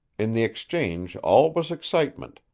in the exchange all was excitement,